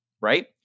right